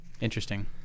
interesting